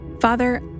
Father